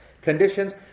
Conditions